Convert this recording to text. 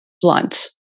blunt